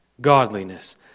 godliness